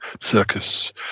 circus